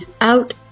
out